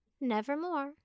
Nevermore